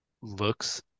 looks